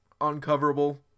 uncoverable